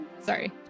sorry